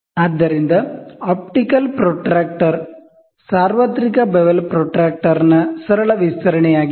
ಆದ್ದರಿಂದ optical protractor ಸಾರ್ವತ್ರಿಕ bevel ಪ್ರೊಟ್ರಾಕ್ಟರ್ನ ಸರಳ ವಿಸ್ತರಣೆಯಾಗಿದೆ